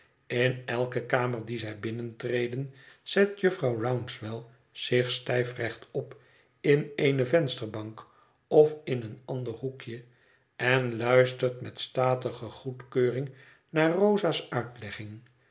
in elke kamer die zij binnentreden zet jufvrouw rouncewell zich stijf rechtop in eene vensterbank of in een ander hoekje en luistert met statige goedkeuring naar rosa's uitlegging